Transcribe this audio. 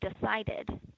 decided